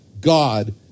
God